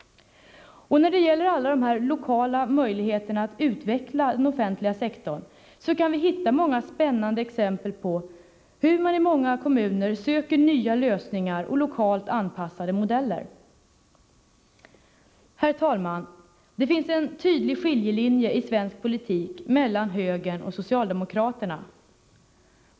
När det gäller alla de lokala möjligheterna att utveckla den offentliga sektorn, kan vi hitta många spännande exempel på hur man i olika kommuner söker nya lösningar och lokalt anpassade modeller. Herr talman! Det finns en tydlig skiljelinje i svensk politik mellan högern och socialdemokraterna.